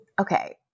Okay